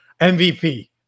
MVP